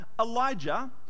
Elijah